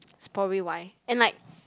that's probably why and like